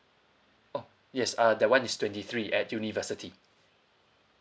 oh yes uh that one is twenty three at university